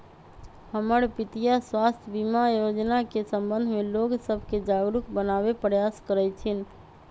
हमर पितीया स्वास्थ्य बीमा जोजना के संबंध में लोग सभके जागरूक बनाबे प्रयास करइ छिन्ह